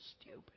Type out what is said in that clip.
stupid